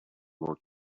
more